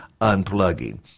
unplugging